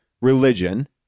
religion